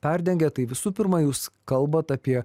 perdengia tai visų pirma jūs kalbat apie